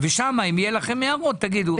ושם אם יהיו לכם הערות, תגידו.